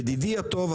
ידידי הטוב,